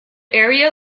area